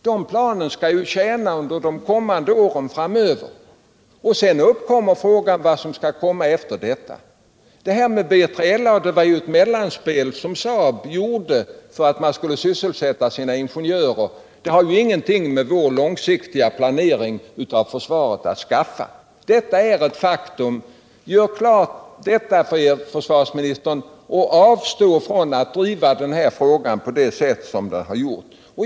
De planen skall tjäna under åren framöver, och sedan uppkommer frågan vad som skall komma efter detta. BILA-projektet var ett mellanspel som Saab gjorde för att kunna sysselsätta sina ingenjörer. Det har ingenting med vår långsiktiga planering av försvaret att skaffa. Detta är ett faktum. Gör det klart för er, försvarsministern, och avstå från att driva den här frågan på det sätt som ni hittills har gjort.